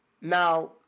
Now